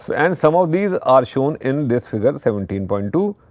and some of these are shown in this figure seventeen point two.